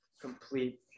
complete